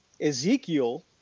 Ezekiel